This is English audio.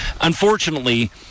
Unfortunately